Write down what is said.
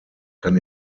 kann